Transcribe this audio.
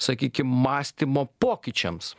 sakykim mąstymo pokyčiams